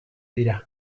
dira